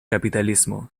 capitalismo